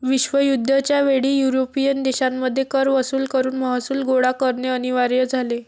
विश्वयुद्ध च्या वेळी युरोपियन देशांमध्ये कर वसूल करून महसूल गोळा करणे अनिवार्य झाले